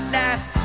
last